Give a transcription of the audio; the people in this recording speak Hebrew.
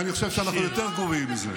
כי אני חושב שאנחנו יותר קרובים מזה,